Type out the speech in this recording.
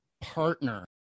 partner